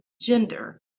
gender